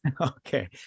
okay